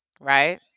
right